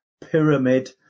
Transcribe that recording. pyramid